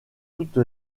toute